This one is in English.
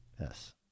Yes